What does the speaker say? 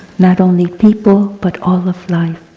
not only people, but all of life,